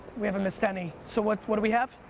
we haven't missed any, so what what do we have?